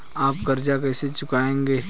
आप कर्ज कैसे चुकाएंगे?